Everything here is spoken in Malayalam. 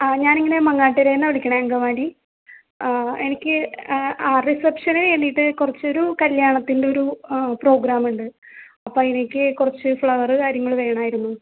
ആ ഞാനിങ്ങനെ മങ്ങാട്ട്കരേന്നാണ് വിളിക്കണത് അങ്കമാലി എനിക്ക് ആ റിസപ്ഷന് വേണ്ടീട്ട് കുറച്ചൊരു കല്യാണത്തിൻറ്റൊരു പ്രോഗ്രാമുണ്ട് അപ്പൈനേക്ക് കുറച്ച് ഫ്ളവറ് കാര്യങ്ങൾ വേണമായിരുന്നു